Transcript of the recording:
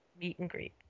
meet-and-greet